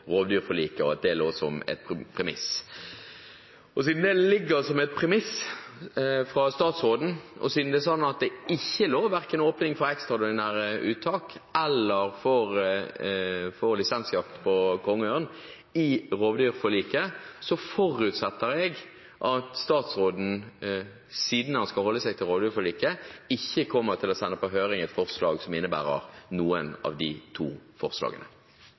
rovdyrforliket, og at det lå som et premiss. Siden det ligger som et premiss fra statsråden, og siden det er slik at det ikke er åpning for verken ekstraordinære uttak eller lisensjakt på kongeørn i rovdyrforliket, forutsetter jeg at statsråden – siden han skal holde seg til rovdyrforliket – ikke kommer til å sende på høring et forslag som innebærer noen av de to forslagene.